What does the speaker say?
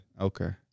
Okay